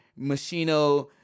machino